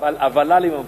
הוול"לים המפורסמים.